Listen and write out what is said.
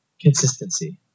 consistency